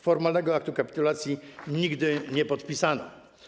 Formalnego aktu kapitulacji nigdy nie podpisano.